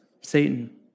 Satan